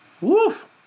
Woof